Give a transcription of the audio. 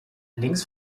links